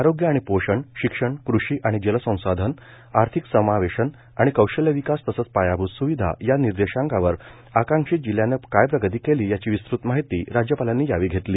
आरोग्य आणि पोषण शिक्षण कृषी आणि जलसंसाधन आर्थिक समावेशन आणि कौशल्य विकास तसंच पायाभूत स्विधा या निदेशांकांवर आकांक्षित जिल्ह्यानं काय प्रगती केली याची विस्तृत माहिती राज्यपालांनी यावेळी घेतली